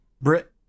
Brit